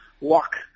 walk